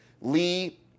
Lee